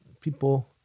people